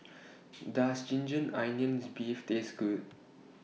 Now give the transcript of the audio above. Does Ginger Onions Beef Taste Good